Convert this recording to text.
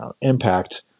impact